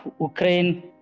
Ukraine